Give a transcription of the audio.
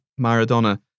Maradona